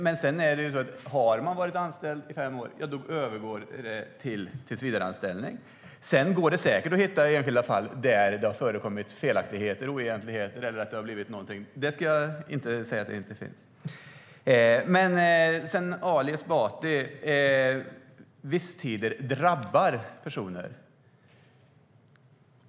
Men om någon har varit anställd i fem år övergår det till tillsvidareanställning. Sedan går det säkert att hitta enskilda fall där det har förekommit felaktigheter, oegentligheter eller någonting annat. Det ska jag inte säga att det inte finns. Ali Esbati talar om att visstider drabbar personer.